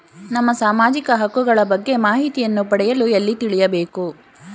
ನಮ್ಮ ಸಾಮಾಜಿಕ ಹಕ್ಕುಗಳ ಬಗ್ಗೆ ಮಾಹಿತಿಯನ್ನು ಪಡೆಯಲು ಎಲ್ಲಿ ತಿಳಿಯಬೇಕು?